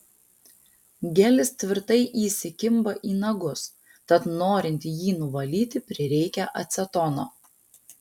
gelis tvirtai įsikimba į nagus tad norint jį nuvalyti prireikia acetono